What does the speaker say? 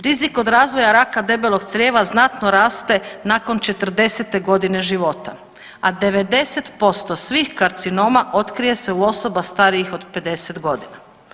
Rizik od razvoja raka debelog crijeva znatno raste nakon 40 godine života, a 90% svih karcinoma otkrije se u osoba starijih od 50 godina.